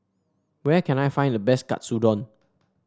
where can I find the best Katsudon